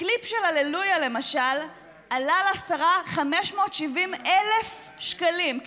הקליפ של הללויה, למשל, עלה לשרה 570,000 שקלים.